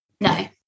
No